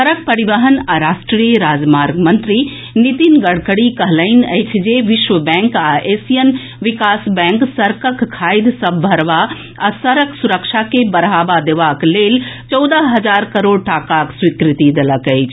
सड़क परिवहन आ राष्ट्रीय राजमार्ग मंत्री नितिन गडकरी कहलनि अछि जे विश्व बैंक आ एशियन विकास बैंक सड़कक खाधि सभ भरबा आ सड़क सुरक्षा के बढ़ावा देबाक लेल चौदह हजार करोड़ टाकाक स्वीकृति देलक अछि